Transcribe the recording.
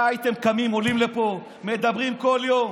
הייתם קמים, עולים לפה, מדברים כל יום.